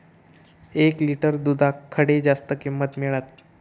एक लिटर दूधाक खडे जास्त किंमत मिळात?